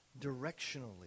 directionally